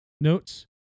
notes